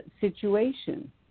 situation